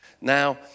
Now